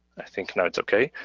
i think now it's okay.